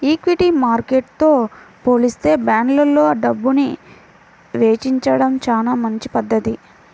equity మార్కెట్టుతో పోలిత్తే బాండ్లల్లో డబ్బుని వెచ్చించడం చానా మంచి పధ్ధతి